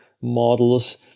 models